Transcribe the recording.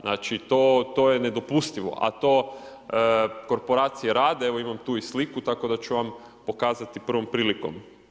Znači to je nedopustivo a to korporacije rade, evo imam tu i sliku tako da ću vam pokazati prvom prilikom.